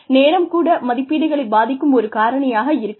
நேரம் கூட மதிப்பீடுகளைப் பாதிக்கும் ஒரு காரணியாக இருக்கலாம்